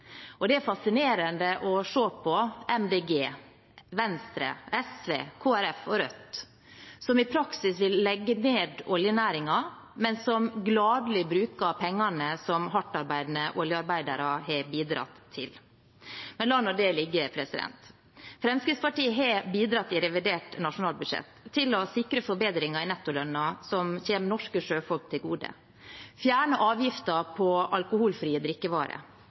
Det er fascinerende å se på MDG, Venstre, SV, Kristelig Folkeparti og Rødt, som i praksis ville legge ned oljenæringen, men som gladelig bruker pengene som hardtarbeidende oljearbeidere har bidratt til. Men la nå det ligge. Fremskrittspartiet har i revidert nasjonalbudsjett bidratt til å sikre forbedringer i nettolønnen, som kommer norske sjøfolk til gode. Vi har fjernet avgiften på alkoholfrie drikkevarer.